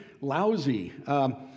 lousy